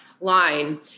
line